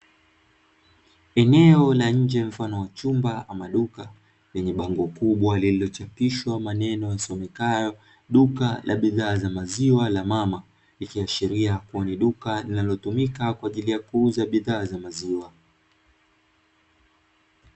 Eneo la nje mfano wa chumba mfano wa duka lililochapishwa maneno yasomekayo "duka la bidhaa za maziwa la mama". Ikiashiria kuwa ni duka linalotumika kwa ajili kuuza bidhaa za maziwa.